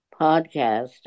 podcast